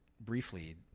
briefly